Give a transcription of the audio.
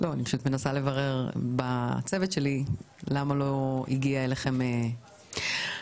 אני מנסה לברר בצוות שלי למה לא הגיעו אליכם הדברים.